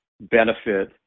benefit